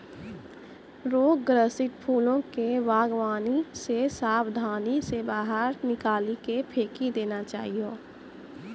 रोग ग्रसित फूलो के वागवानी से साबधानी से बाहर निकाली के फेकी देना चाहियो